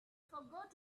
forgot